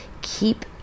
keep